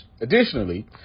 Additionally